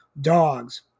Dogs